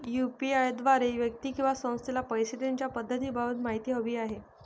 UPI द्वारे व्यक्ती किंवा संस्थेला पैसे देण्याच्या पद्धतींबाबत माहिती हवी आहे